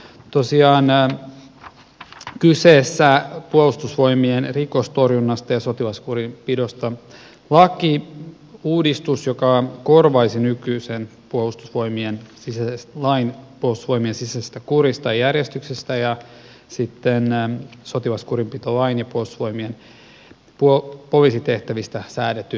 tosiaan kyseessä on puolustusvoimien rikostorjunnasta ja sotilaskurinpidosta lakiuudistus joka korvaisi nykyisen lain puolustusvoimien sisäisestä kurista ja järjestyksestä sekä sotilaskurinpitolain ja puolustusvoimien poliisitehtävistä säädetyn lain